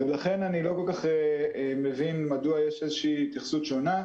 לכן אני לא מבין מדוע יש התייחסות שונה.